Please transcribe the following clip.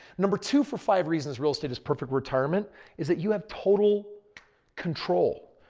number two for five reasons real estate is perfect retirement is that you have total control.